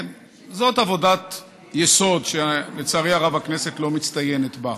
זאת עבודת יסוד שלצערי הרב הכנסת לא מצטיינת בה.